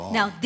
Now